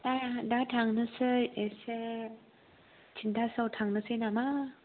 दा दा थांनोसै एसे तिनथासोआव थांनोसै नामा